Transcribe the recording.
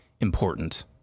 important